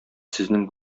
сезнең